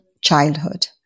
childhood